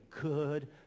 good